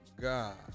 God